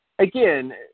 Again